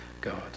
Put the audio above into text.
God